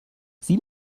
sieh